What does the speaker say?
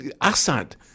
Assad